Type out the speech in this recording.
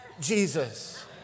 Jesus